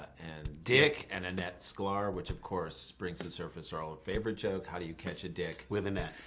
and dick. and annette sklar, which of course brings to surface our old favorite joke, how do you catch a dick with annette?